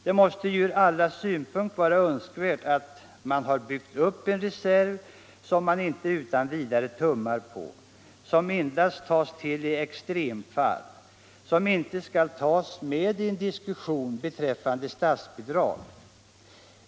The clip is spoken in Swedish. Det måste ju ur allas synpunkt vara önskvärt att man har byggt upp en reserv som man inte utan vidare tummar på, som endast tas till i extremfall och som inte skall tas med i en diskussion beträffande statsbidrag.